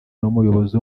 n’umuyobozi